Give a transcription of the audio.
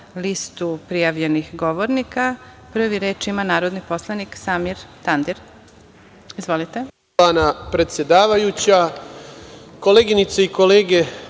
listu prijavljenih govornika. Prvi reč ima, narodni poslanik, Samir Tandir. Izvolite.